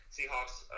Seahawks